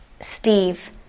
Steve